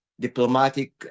diplomatic